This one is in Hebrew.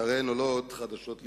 שהרי הן עולות חדשות לבקרים.